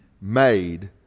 made